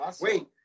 wait